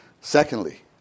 Secondly